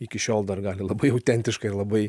iki šiol dar gali labai autentiškai ir labai